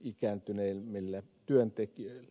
ikääntyneemmille työntekijöille